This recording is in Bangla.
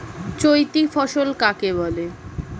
চৈতি ফসল কাকে বলে?